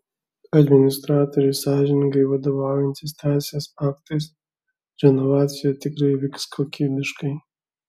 administratoriui sąžiningai vadovaujantis teisės aktais renovacija tikrai vyks kokybiškai